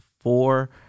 four